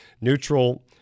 neutral